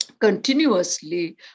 continuously